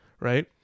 right